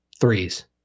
threes